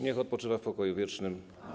Niech odpoczywa w pokoju wiecznym.